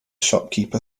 shopkeeper